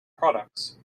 products